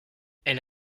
elle